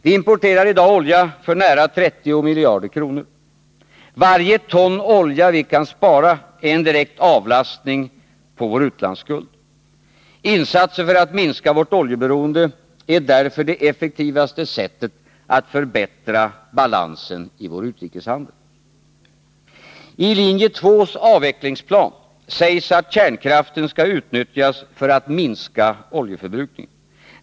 Vi importerar i dag olja för nära 30 miljarder kronor. Varje ton olja vi kan spara är en direkt avlastning på vår utlandsskuld. Insatser för att minska vårt oljeberoende är därför det effektivaste sättet att förbättra balansen i vår utrikeshandel. Tlinje 2:s avvecklingsplan sägs att kärnkraften skall utnyttjas för att minska oljeförbrukningen.